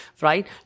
right